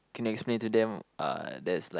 can you explain to them uh there's like